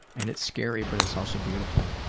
and it's scary, but it's also beautiful.